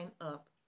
up